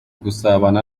gusabana